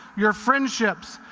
your friendships,